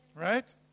Right